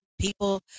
people